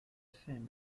family